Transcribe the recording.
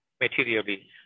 materially